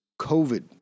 COVID